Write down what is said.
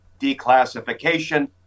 declassification